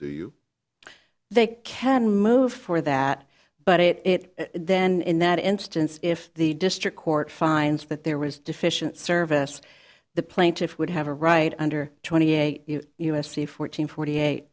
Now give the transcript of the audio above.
you they can move for that but it it then in that instance if the district court finds that there was deficient service the plaintiff would have a right under twenty eight u s c fourteen forty eight